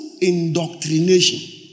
indoctrination